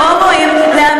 בואי נשתף פעולה,